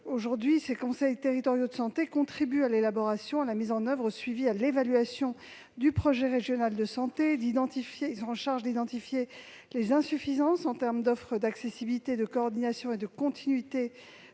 Aujourd'hui, les conseils territoriaux de santé contribuent à l'élaboration, à la mise en oeuvre, au suivi et à l'évaluation des projets régionaux de santé. Ils sont chargés d'identifier les insuffisances en termes d'offre, d'accessibilité, de coordination et de continuité